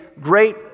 great